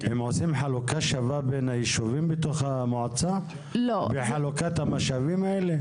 הם עושים חלוקה שווה בין הישובים בתוך המועצה בחלוקת המשאבים האלה?